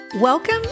Welcome